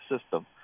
system